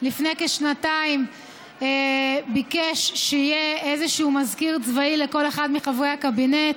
לפני כשנתיים ביקש שיהיה איזשהו מזכיר צבאי לכל אחד מחברי הקבינט,